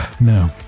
no